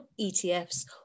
ETFs